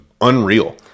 unreal